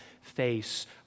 face